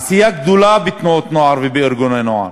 העשייה גדולה בתנועות נוער ובארגוני נוער,